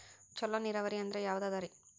ಚಲೋ ನೀರಾವರಿ ಅಂದ್ರ ಯಾವದದರಿ?